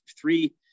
three